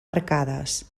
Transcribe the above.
arcades